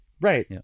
Right